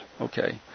Okay